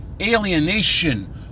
alienation